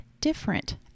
different